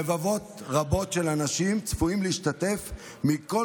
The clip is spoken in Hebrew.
רבבות רבות של אנשים צפויים להשתתף מכל